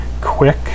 quick